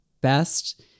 best